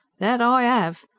that i ave.